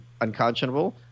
unconscionable